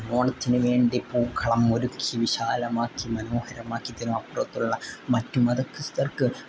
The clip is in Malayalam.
ഓണത്തിന് വേണ്ടി പൂക്കളം ഒരുക്കി വിശാലമാക്കി മനോഹരമാക്കി ഇതിന് അപ്പുറത്തുള്ള മറ്റുമതസ്തർക്ക്